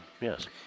Yes